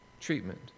treatment